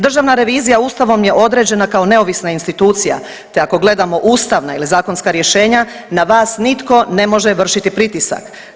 Državna revizija Ustavom je određena kao neovisna institucija, te ako gledamo ustavna ili zakonska rješenja na vas nitko ne može vršiti pritisak.